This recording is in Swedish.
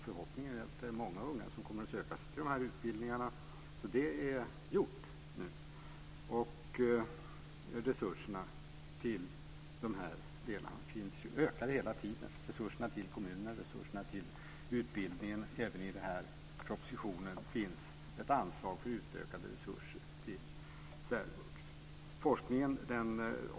Förhoppningen är att många unga kommer att söka sig till de här utbildningarna. Detta är alltså gjort nu. Resurserna till de här delarna finns också och ökar hela tiden - resurserna till kommuner, resurserna till utbildning. Även i den här propositionen finns ett anslag för utökade resurser till särvux. Sedan gällde det forskningen.